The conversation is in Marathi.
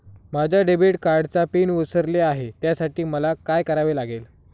माझ्या डेबिट कार्डचा पिन विसरले आहे त्यासाठी मला काय करावे लागेल?